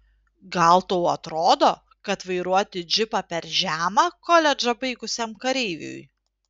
gal tau atrodo kad vairuoti džipą per žema koledžą baigusiam kareiviui